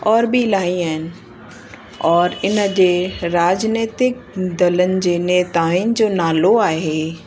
और बि इलाही आहिनि और इनजे राजनैतिक दलनि जे नेताइनि जो नालो आहे